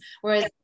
whereas